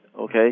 okay